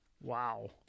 Wow